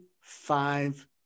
five